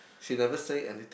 she never say anything